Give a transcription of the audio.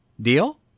Deal